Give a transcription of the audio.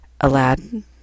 Aladdin